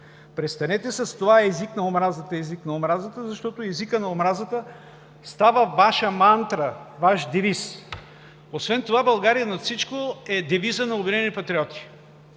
Престанете с това „език на омразата“, защото езикът на омразата става Ваша мантра, Ваш девиз. Освен това „България над всичко“ е девизът на „Обединени патриоти“.